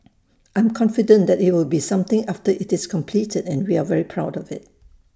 I'm confident that IT will be something after IT is completed and we are very proud of IT